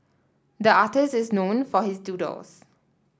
the artist is known for his doodles